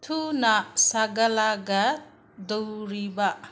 ꯊꯨꯅ ꯁꯥꯒꯠꯂꯛꯀꯗꯧꯔꯤꯕ